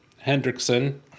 Hendrickson